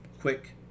quick